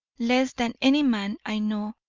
less than any man i know,